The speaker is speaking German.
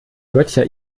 böttcher